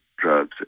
drugs